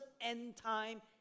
end-time